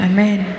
Amen